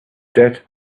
death